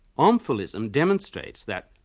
omphalism demonstrates that,